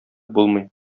булмый